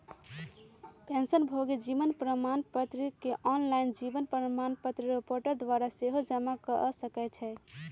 पेंशनभोगी जीवन प्रमाण पत्र के ऑनलाइन जीवन प्रमाण पोर्टल द्वारा सेहो जमा कऽ सकै छइ